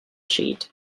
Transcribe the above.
sheet